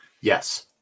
Yes